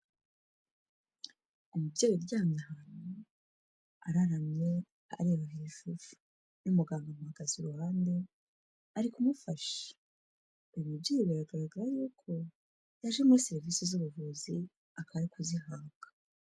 Umubyeyi uryamye ahantu, araramye, areba hejuru n'umuganga amuhagaze iruhande arikumufasha, uyu mubyeyi biragaragara yuko yaje muri serivisi z'ubuvuzi akaba ari kuzihabwa.